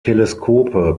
teleskope